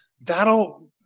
that'll